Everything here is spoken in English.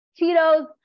Cheetos